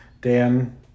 Dan